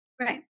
right